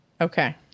okay